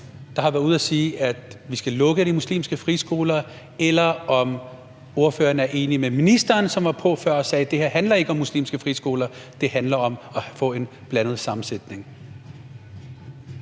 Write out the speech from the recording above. der har været ude at sige, at vi skal lukke de muslimske friskoler. Eller om ordføreren er enig med ministeren, som var på før, og som sagde, at det her ikke handler om muslimske friskoler, men at det handler om at få en blandet sammensætning.